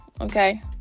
okay